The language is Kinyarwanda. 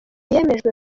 yemejwe